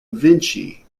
vinci